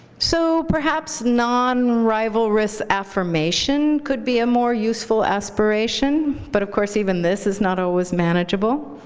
so perhaps non-rivalrous affirmation could be a more useful aspiration. but of course even this is not always manageable.